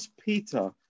Peter